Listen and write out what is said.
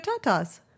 Tatas